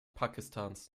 pakistans